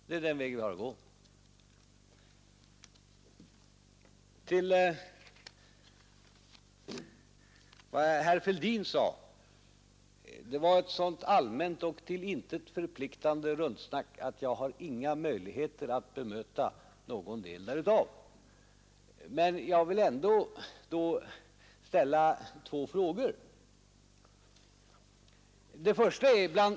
Det är den väg vi har att gå. Vad herr Fälldin sade var ett sådant allmänt och till intet förpliktande rundsnack att jag inte har några möjligheter att bemöta någon del därav. Men jag vill ändå ställa två frågor. Den första är följande.